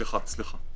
סליחה, סליחה, סליחה.